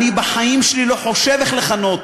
אני בחיים שלי לא חושב איך לכנות